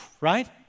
Right